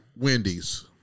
Wendy's